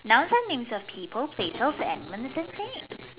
nouns are names of people place of the element is that fate